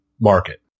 market